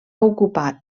ocupar